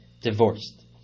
divorced